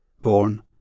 born